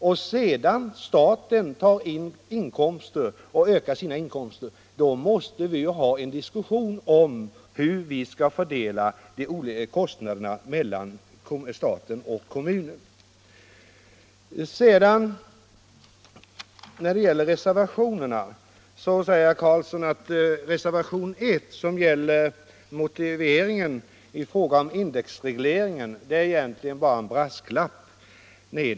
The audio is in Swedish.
När sedan staten ökar sina inkomster, måste det ju föras en diskussion om hur kostnaderna skall fördelas mellan staten och kommunerna. Reservationen 1, som gäller motiveringen i fråga om indexregleringen, är egentligen bara en brasklapp, sade herr Karlsson.